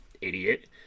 Idiot